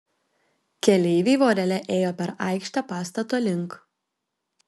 keleiviai vorele ėjo per aikštę pastato link